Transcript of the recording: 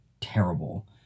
terrible